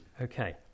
Okay